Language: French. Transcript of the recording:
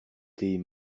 tes